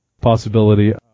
possibility